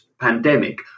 pandemic